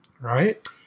right